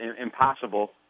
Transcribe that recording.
impossible